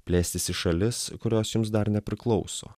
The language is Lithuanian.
plėstis į šalis kurios jums dar nepriklauso